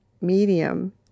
medium